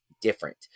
different